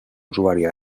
usuària